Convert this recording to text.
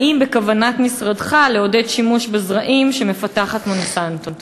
3. האם בכוונת משרדך לעודד שימוש בזרעים שמפתחת "מונסנטו"?